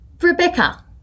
Rebecca